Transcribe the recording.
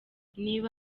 niba